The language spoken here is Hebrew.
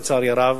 לצערי הרב,